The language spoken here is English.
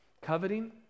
Coveting